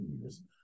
years